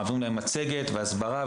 מציגים להם מצגת שמלווה בהסברה,